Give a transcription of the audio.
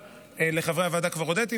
לחברי הוועדה כבר הודיתי,